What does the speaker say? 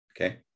Okay